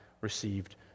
received